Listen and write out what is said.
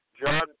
John